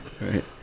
Right